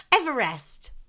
Everest